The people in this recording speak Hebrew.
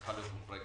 צריכה להיות מוחרגת.